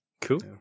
Cool